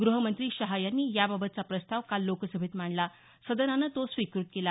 गृहमंत्री शाह यांनी याबाबतचा प्रस्ताव काल लोकसभेत मांडला सदनानं तो स्वीकृत केला